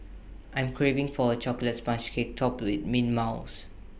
I am craving for A Chocolate Sponge Cake Topped with Mint Mousse